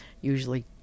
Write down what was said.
usually